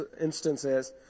instances